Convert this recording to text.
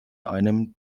einem